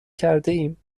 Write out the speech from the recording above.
کردهایم